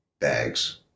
Bags